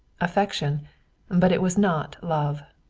affection but it was not love.